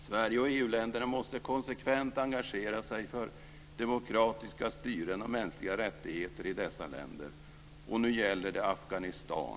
Sverige och EU-länderna måste konsekvent engagera sig för demokratiska styren och mänskliga rättigheter i dessa länder, och nu gäller det Afghanistan.